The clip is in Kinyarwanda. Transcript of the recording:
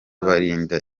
balinda